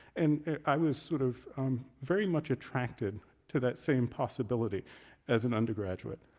and i was sort of um very much attracted to that same possibility as an undergraduate.